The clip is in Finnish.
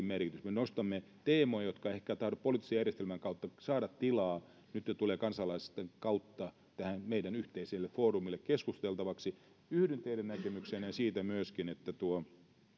merkitys me nostamme teemoja jotka ehkä eivät tahdo poliittisen järjestelmän kautta saada tilaa mutta tulevat nyt kansalaisten kautta tähän meidän yhteiselle foorumillemme keskusteltaviksi yhdyn myöskin teidän näkemykseenne siitä että tuo